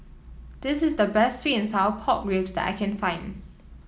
this is the best sweet and Sour Pork Ribs that I can find